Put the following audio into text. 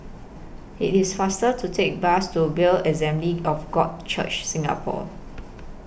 IT IS faster to Take The Bus to Bethel Assembly of God Church Singapore